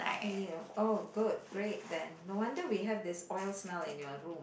yea oh good great then no wonder we have this oil smell in your room